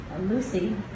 Lucy